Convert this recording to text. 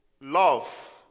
love